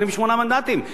28 מנדטים,